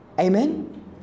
Amen